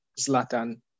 Zlatan